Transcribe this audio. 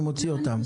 אני מוציא אותם.